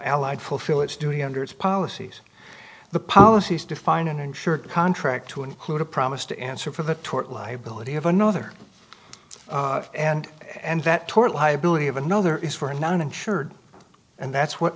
allied fulfill its doing under its policies the policies define an insured contract to include a promise to answer for the tort liability of another and and that tort liability of another is for non insured and that's what